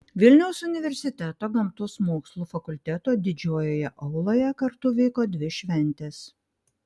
vilniaus universiteto gamtos mokslų fakulteto didžiojoje auloje kartu vyko dvi šventės